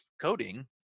coding